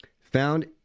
found